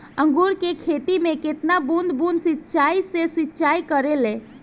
अंगूर के खेती में किसान बूंद बूंद सिंचाई से सिंचाई करेले